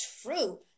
true